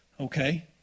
okay